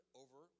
over